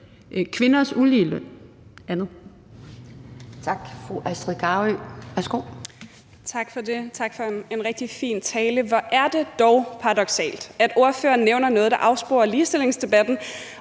værsgo. Kl. 15:30 Astrid Carøe (SF): Tak for det, og tak for en rigtig fin tale. Hvor er det dog paradoksalt, at ordføreren nævner noget, der afsporer ligestillingsdebatten,